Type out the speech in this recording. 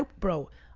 bro,